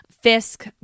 Fisk